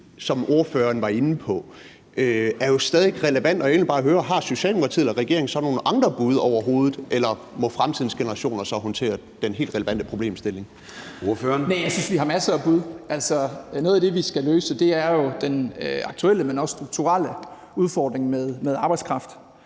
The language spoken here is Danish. som ordføreren var inde på, er jo stadig væk relevant. Og jeg vil egentlig bare høre: Har Socialdemokratiet eller regeringen så nogen andre bud overhovedet, eller må fremtidens generationer så håndtere den helt relevante problemstilling? Kl. 09:25 Formanden (Søren Gade): Ordføreren. Kl. 09:25 Christian Rabjerg Madsen (S): Næh, jeg synes, vi har masser af bud. Altså, noget af det, vi skal løse, er jo den aktuelle, men også strukturelle udfordring med arbejdskraft.